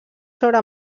sobre